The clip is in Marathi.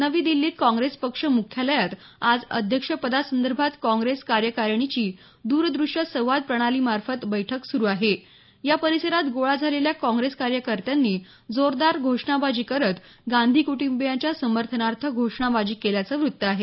नवी दिल्लीत काँग्रेस पक्ष मुख्यालयात आज अध्यक्षपदासंदर्भात काँग्रेस कार्यकारिणीची दूरदृश्य संवाद प्रणालीमार्फत बैठक सुरू आहे या परिसरात गोळा झालेल्या काँग्रेस कार्यकर्त्यांनी जोरदार घोषणाबाजी करत गांधी कुटुंबीयांच्या समर्थनार्थ घोषणाबाजी केल्याचं वृत्त आहे